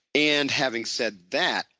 and having said that,